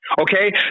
Okay